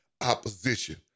opposition